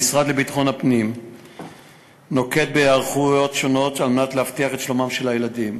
המשרד לביטחון פנים נוקט היערכויות שונות כדי להבטיח את שלומם של הילדים